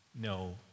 no